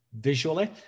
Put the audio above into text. visually